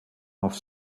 off